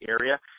area